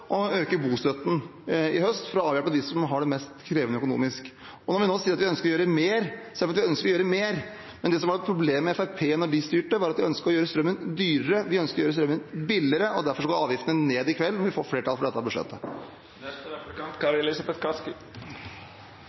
øke bostøtten i høst, for å avhjelpe dem som har det mest krevende økonomisk. Når vi nå sier at vi ønsker å gjøre mer, er det fordi vi ønsker å gjøre mer. Men det som var problemet med Fremskrittspartiet da de styrte, var at de ønsket å gjøre strømmen dyrere. Vi ønsker å gjøre strømmen billigere, og derfor går avgiftene ned i kveld når vi får flertall for dette